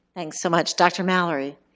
thanks so much. dr. mallory?